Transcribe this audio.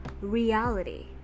reality